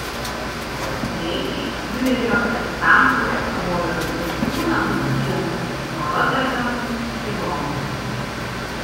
greitai diurerio estampai kabojo ant visų namų sienų nuo roterdamo iki romos